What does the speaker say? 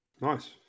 nice